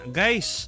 guys